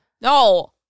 No